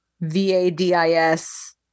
V-A-D-I-S